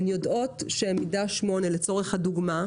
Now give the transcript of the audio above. הן יודעות שהן מידה 8 לצורך הדוגמה,